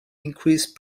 increase